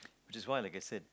which is why like I said